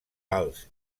alts